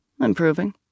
Improving